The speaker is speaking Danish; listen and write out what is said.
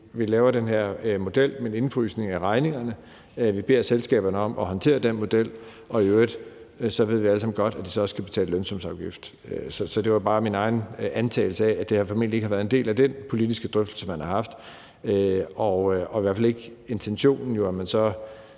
vi laver den her model med en indefrysning af regningerne; vi beder selskaberne om at håndtere den model; og i øvrigt ved vi alle sammen godt, at de så også skal betale lønsumsafgift. Så det var bare min egen antagelse af, at det her formentlig ikke har været en del af den politiske drøftelse, man har haft, og i hvert fald jo ikke intentionen, at man så